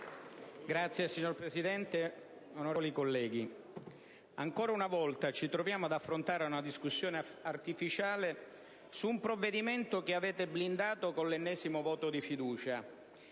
Signor Presidente, onorevoli colleghi, ancora una volta ci troviamo ad affrontare una discussione artificiale su un provvedimento che avete blindato con l'ennesimo voto di fiducia.